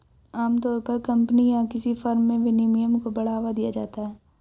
आमतौर पर कम्पनी या किसी फर्म में विनियमन को बढ़ावा दिया जाता है